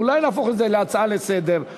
אולי נהפוך את זה להצעה לסדר-היום?